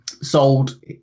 sold